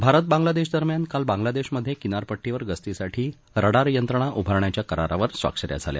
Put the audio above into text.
भारत बांगलादेशदरम्यान काल बांगलादेशमधे किनारपट्टीवर गस्तीसाठी रडार यंत्रणा उभारण्याच्या करारावर स्वाक्ष या झाल्या